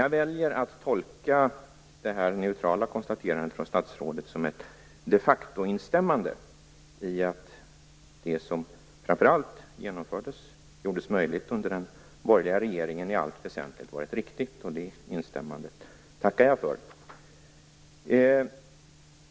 Jag väljer dock att tolka det här neutrala konstaterandet från statsrådet som ett de facto-instämmande i att det som framför allt genomfördes och gjordes möjligt under den borgerliga regeringen i allt väsentligt varit riktigt, och det instämmandet tackar jag för.